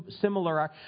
similar